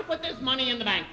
to put this money in the bank